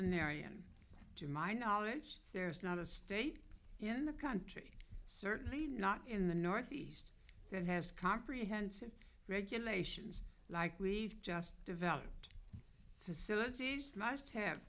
marion to my knowledge there's not a state in the country certainly not in the northeast that has comprehensive regulations like we've just developed facilities must have